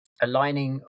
aligning